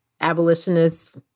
abolitionists